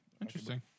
Interesting